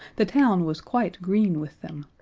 the town was quite green with them.